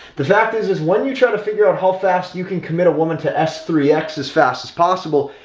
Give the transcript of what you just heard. the fact is, is when you try to figure out how fast you can commit a woman to s three x as fast as possible.